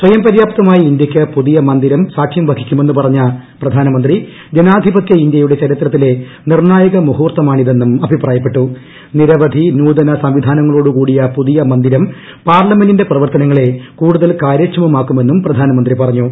സ്പയ്യം പര്യാപ്തമായ ഇന്ത്യയ്ക്ക് പുതിയ മന്ദിരം സാക്ഷ്യം വ്യഹിക്കുമെന്നു പറഞ്ഞ പ്രധാനമന്ത്രി ജനാധിപത്യ ഇന്ത്യയൂട്ട് ചരിത്രത്തിലെ നിർണായക മുഹൂർത്തമാണിതെന്നും സംവിധാനങ്ങളോടു കൂടിയ പുതിയ മന്ദിരം പാർലമെന്റിന്റെ പ്രവർത്തനങ്ങളെ കൂടുതൽ കാര്യക്ഷമമാക്കുമെന്നും പ്രധാനമന്ത്രി പറഞ്ഞു